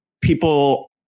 people